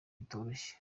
bitoroshye